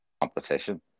competition